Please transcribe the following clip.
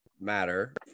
matter